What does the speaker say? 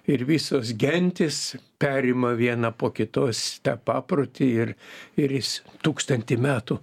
ir visos gentys perima viena po kitos tą paprotį ir ir jis tūkstantį metų